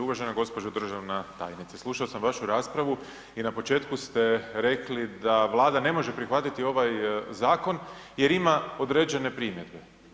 Uvaženo gđo. državna tajnice, slušao sam vašu raspravu i na početku ste rekli da Vlada ne može prihvatiti ovaj zakon jer ima određenu primjedbu.